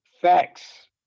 facts